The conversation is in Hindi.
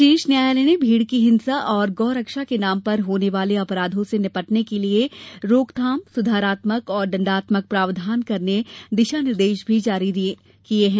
शीर्ष न्यायालय ने भीड़ की हिंसा और गौ रक्षा के नाम पर होने वाले अपराधों से निपटने के लिये रोकथाम सुधारात्मक और दण्डात्मक प्रावधान वाले दिशा निर्देश भी जारी किये हैं